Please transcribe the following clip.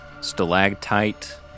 stalactite